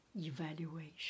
evaluation